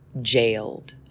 jailed